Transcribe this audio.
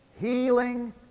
healing